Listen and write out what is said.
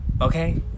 Okay